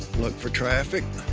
look for traffic.